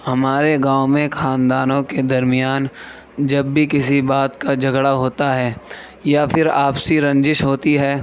ہمارے گاؤں میں خاندانوں کے درمیان جب بھی کسی بات کا جھگڑا ہوتا ہے یا پھر آپسی رنجش ہوتی ہے